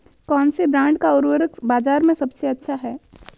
कौनसे ब्रांड का उर्वरक बाज़ार में सबसे अच्छा हैं?